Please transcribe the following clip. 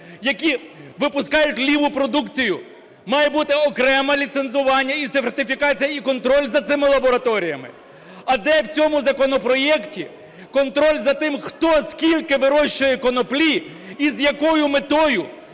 які випускають ліву продукцію. Має бути окреме ліцензування і сертифікація, і контроль за цими лабораторіями. А де в цьому законопроекті контроль за тим, хто і скільки вирощує коноплі, і з якою метою?